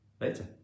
later